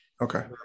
Okay